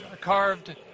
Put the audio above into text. carved